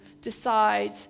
decide